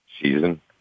season